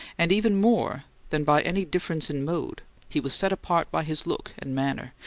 and even more than by any difference in mode he was set apart by his look and manner,